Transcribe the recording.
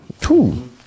Two